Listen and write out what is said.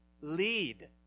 lead